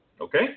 okay